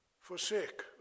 Forsake